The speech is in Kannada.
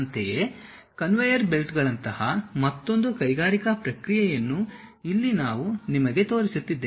ಅಂತೆಯೇ ಕನ್ವೇಯರ್ ಬೆಲ್ಟ್ಗಳಂತಹ ಮತ್ತೊಂದು ಕೈಗಾರಿಕಾ ಪ್ರಕ್ರಿಯೆಯನ್ನು ಇಲ್ಲಿ ನಾನು ನಿಮಗೆ ತೋರಿಸುತ್ತಿದ್ದೇನೆ